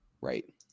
Right